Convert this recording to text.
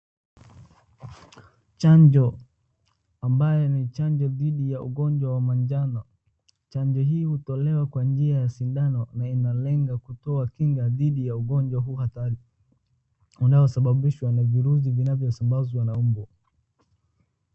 Chanjo ambayo imechanja dhidi ya ugonjwa wa majano, chanjo hii hutolewa kwa njia ya sindano na inalenga kutoa kinga dhidi ya ugonjwa huu hatari unaosababishwa na virusi vinavyosambazwa na umbu.